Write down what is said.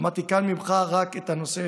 שמעתי כאן ממך רק את הנושא